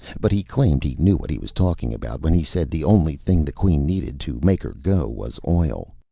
but he claimed he knew what he was talking about when he said the only thing the queen needed to make er go was oil.